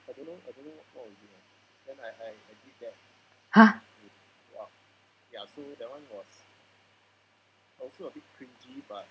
!huh!